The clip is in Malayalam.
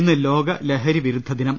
ഇന്ന് ലോക ലഹരിവിരുദ്ധ ദിനം